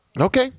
Okay